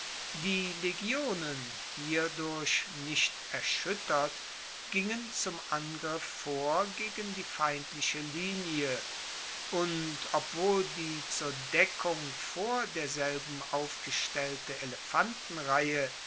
die legionen hierdurch nicht erschuettert gingen zum angriff vor gegen die feindliche linie und obwohl die zur deckung vor derselben aufgestellte